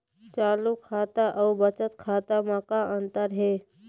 चालू खाता अउ बचत खाता म का अंतर हे?